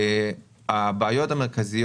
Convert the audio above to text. לא בהעברות,